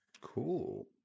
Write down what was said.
cool